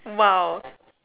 !wow!